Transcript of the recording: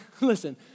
listen